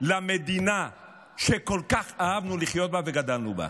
למדינה שכל כך אהבנו לחיות בה וגדלנו בה.